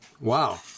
wow